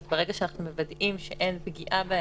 אז ברגע שאנחנו מוודאים שאין פגיעה בהם,